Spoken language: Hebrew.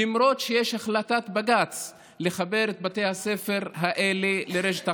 למרות שיש החלטת בג"ץ לחבר את בתי הספר האלה לרשת החשמל.